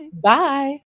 Bye